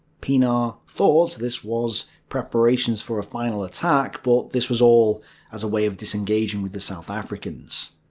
pienaar thought this was preparations for a final attack, but this was all as a way of disengaging with the south africans.